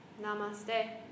Namaste